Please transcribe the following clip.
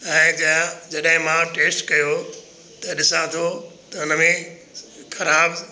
ऐं जा जॾहिं मां ट्रेस कयो त ॾिसा थो त उन में ख़राबु